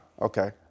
okay